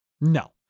No